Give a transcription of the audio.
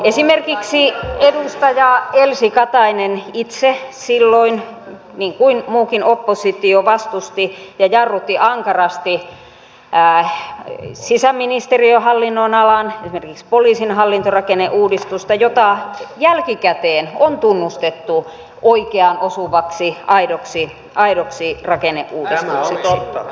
esimerkiksi edustaja elsi katainen itse silloin niin kuin muukin oppositio vastusti ja jarrutti ankarasti esimerkiksi sisäministeriön hallinnonalan poliisin hallintorakenneuudistusta joka jälkikäteen on tunnustettu oikeaan osuvaksi aidoksi rakenneuudistukseksi